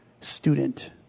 student